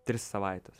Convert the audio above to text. tris savaites